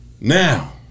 now